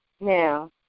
Now